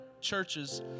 churches